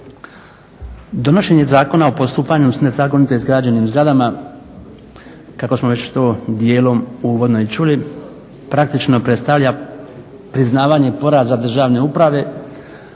Donošenje Zakona o postupanju s nezakonito izgrađenim zgradama, kako smo već to dijelom uvodno i čuli praktično predstavlja priznavanje poraza Državne uprave